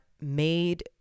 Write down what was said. made